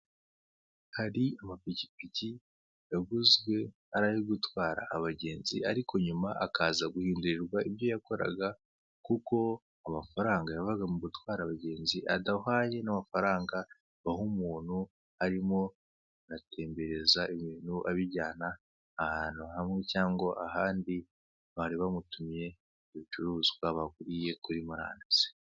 Hari amapikipiki yaguzwe ari ayo gutwara abangenzi, ariko nyuma akaza guhindurirwa ibyo yakoraga, kuko amafaranga yabaga mu gutwara abagenzi adahwanye n'amafaranga baha umuntu arimo aratembereza ibintu, abijyana ahantu hamwe cyangwa ahandi bari bamutumye ibicuruzwa baguriye kuri murandasi.